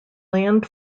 land